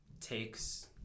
takes